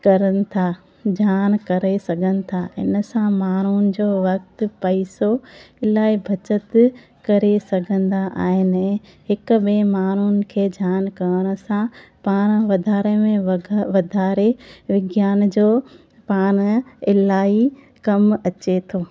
करनि था जान करे सघनि था इन सां माण्हुनि जो वक़्ति पैसो इलाही बचति करे सघंदा आहिनि अने हिक ॿिए माण्हुनि खे जान करण सां पाण वधारे में वग वधारे विज्ञान जो पाण इलाही कमु अचे थो